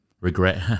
regret